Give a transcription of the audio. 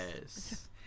Yes